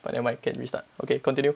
but never mind can restart okay continue